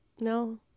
no